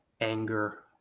anger